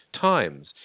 times